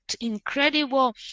incredible